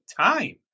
time